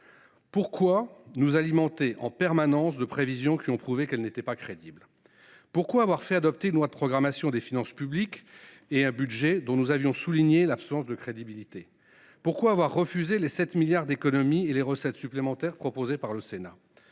Pourquoi nous alimenter en permanence de prévisions qui ont prouvé qu’elles n’étaient pas crédibles ? Pourquoi avoir fait adopter une loi de programmation des finances publiques et un budget dont nous avions souligné l’absence de crédibilité ? Pourquoi avoir refusé les économies – 7 milliards d’euros !– et les recettes supplémentaires proposées par le Sénat ?